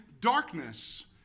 darkness